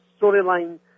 storyline